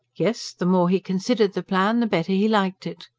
yes, the more he considered the plan, the better he liked it.